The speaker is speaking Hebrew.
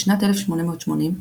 בשנת 1880,